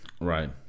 Right